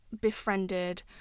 befriended